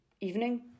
evening